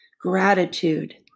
Gratitude